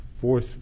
fourth